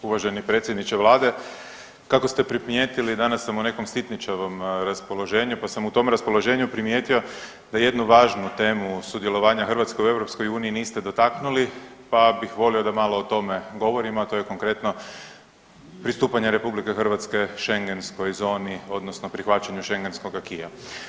Uvaženi predsjedniče vlade, kako ste primjetili danas sam u nekom sitničavom raspoloženju, pa sam u tom raspoloženju primijetio da jednu važnu temu sudjelovanja Hrvatske u EU niste dotaknuli, pa bih volio da malo o tome govorimo, a to je konkretno pristupanje RH Šengenskoj zoni, odnosno prihvaćanju šengenskog acquisa.